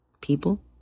people